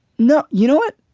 no you know what.